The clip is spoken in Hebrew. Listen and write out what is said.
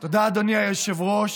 תודה, אדוני היושב-ראש.